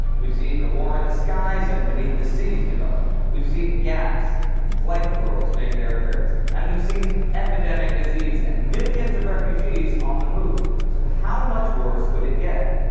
we'd seen the war in the skies and beneath the seas develop, we'd seen gas and flamethrowers make their appearance, and we'd seen epidemic disease, and millions of refugees on the move. so how much worse could it get?